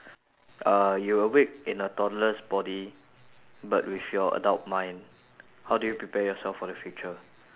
uh you're awake in a toddlers body but with your adult mind how do you prepare youself for the future